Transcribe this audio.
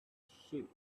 sheep